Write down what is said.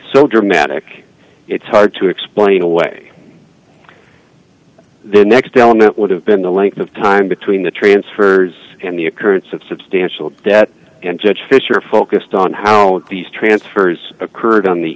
so dramatic it's hard to explain away the next element would have been the length of time between the transfers and the occurrence of substantial debt and judge fisher focused on how these transfers occurred on the